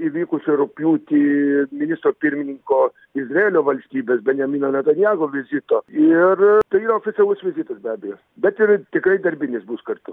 įvykusio rugpjūtį ministro pirmininko izraelio valstybės benjamino netanyahu vizito ir tai oficialus vizitas be abejo bet ir tikrai darbinis bus kartu